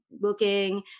looking